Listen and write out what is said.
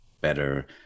better